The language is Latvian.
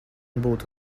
būtu